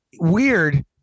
Weird